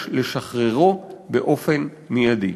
יש לשחררו באופן מיידי".